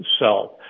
self